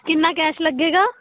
ਕਿੰਨਾ ਕੈਸ਼ ਲੱਗੇਗਾ